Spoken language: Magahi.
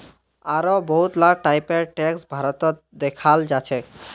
आढ़ो बहुत ला टाइपेर टैक्स भारतत दखाल जाछेक